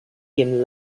him